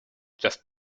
just